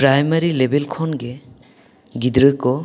primary ᱞᱮᱵᱮᱞ ᱠᱷᱚᱱ ᱜᱮ ᱜᱤᱫᱽᱨᱟᱹ ᱠᱚ